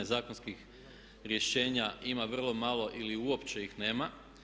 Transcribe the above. Zakonskih rješenja ima vrlo malo ili uopće ih nema.